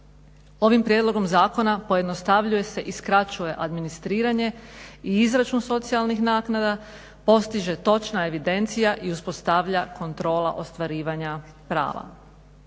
Ovim prijedlogom zakona pojednostavljuje se i skraćuje administriranje i izračun socijalnih naknada, postiže točna evidencija i uspostavlja kontrola ostvarivanja prava.